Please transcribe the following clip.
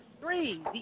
Three